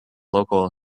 local